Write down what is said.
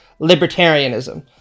libertarianism